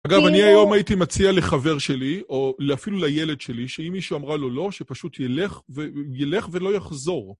גם אני היום הייתי מציע לחבר שלי, או אפילו לילד שלי, שאם מישהו אמרה לו לא, שפשוט ילך ולא יחזור.